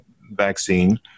vaccine